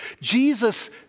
Jesus